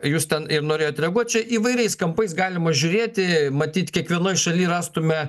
jūs ten ir norėjot reaguot čia įvairiais kampais galima žiūrėti matyt kiekvienoj šaly rastume